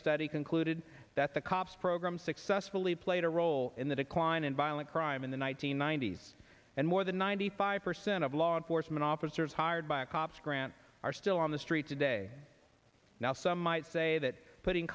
study concluded that the cops program successfully played a role in the decline in violent crime in the one nine hundred ninety s and more than ninety five percent of law enforcement officers hired by a cops grant are still on the street today now some might say that putting